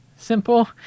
simple